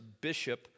bishop